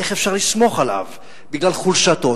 איך אפשר לסמוך עליו בגלל חולשתו?